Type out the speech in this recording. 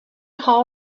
hall